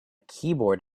keyboard